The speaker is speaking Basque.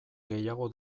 gehiago